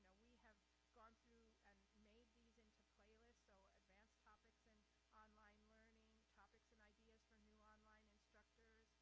we have gone through and made these into playlists. so advanced topics in online learning, topics and ideas for new online instructors,